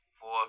four